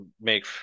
make